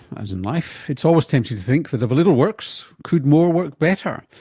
as in life, it's always tempting to think that if a little works, could more work better?